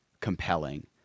compelling